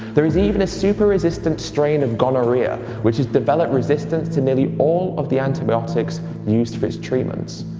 there is even a super resistant strain of gonorrhea which has developed resistance to nearly all of the antibiotics used for its treatments.